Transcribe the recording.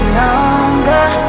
longer